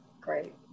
Great